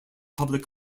public